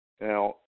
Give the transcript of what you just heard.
Now